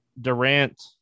Durant